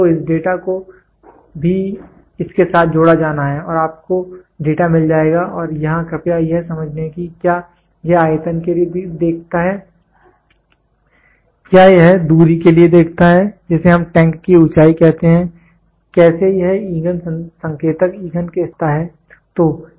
तो इस डेटा को भी इसके साथ जोड़ा जाना है और आपको डेटा मिल जाएगा और यहां कृपया यह समझ लें कि क्या यह आयतन के लिए देखता है क्या यह दूरी के लिए देखता है जिसे हम टैंक की ऊंचाई कहते थे कैसे यह ईंधन संकेतक ईंधन के स्तर को मापता है